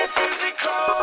physical